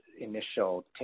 initial